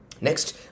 Next